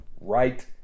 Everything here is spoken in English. right